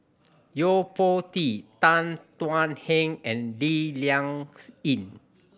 Yo Po Tee Tan Thuan Heng and Lee Ling Yen